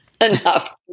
enough